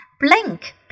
Blink